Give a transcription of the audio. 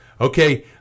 Okay